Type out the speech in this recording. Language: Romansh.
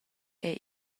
era